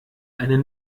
einen